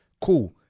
Cool